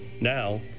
Now